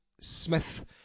Smith